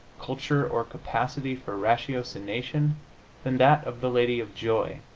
culture or capacity for ratiocination than that of the lady of joy,